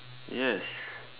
yes